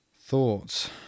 Thoughts